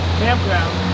campground